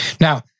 Now